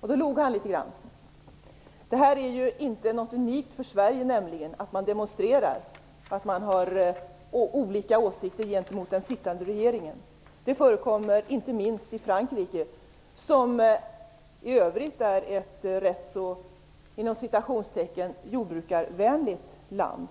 Då log han litet. Att man demonstrerar och har olika åsikter gentemot den sittande regeringen är inte unikt för Sverige. Det förekommer inte minst i Frankrike, som i övrigt är ett rätt så "jordbrukarvänligt" land.